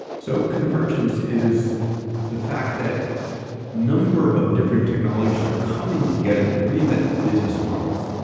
so convergence is the fact that number of different technologies are coming together to reinvent business models.